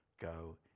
Go